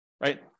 right